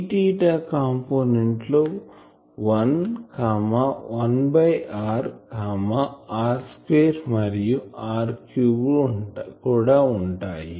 Eθ component లో 1 1 by r r2 మరియు r 3 కూడా ఉంటాయి